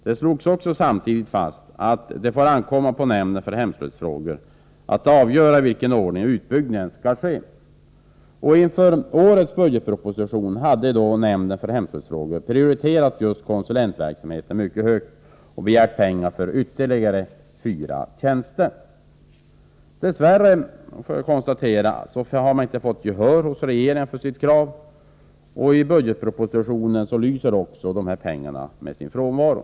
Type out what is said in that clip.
Det slogs samtidigt fast att det får ankomma på nämnden för hemslöjdsfrågor att avgöra i vilken ordning utbyggnaden skall ske. Inför årets budgetproposition hade nämnden för hemslöjdsfrågor prioriterat konsulentverksamheten mycket högt och begärt pengar för ytterligare fyra tjänster. Dess värre fick man inte gehör hos regeringen för sitt krav. I budgetpropositionen lyser dessa pengar med sin frånvaro.